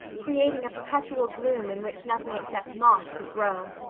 creating a perpetual gloom in which nothing except moss could grow.